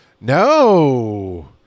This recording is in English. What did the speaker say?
No